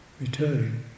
returning